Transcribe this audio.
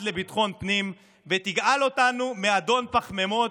לביטחון פנים ותגאל אותנו מאדון פחמימות.